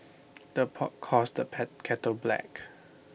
the pot calls the pat kettle black